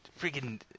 freaking